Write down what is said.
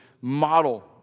model